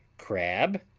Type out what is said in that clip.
crab,